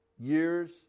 years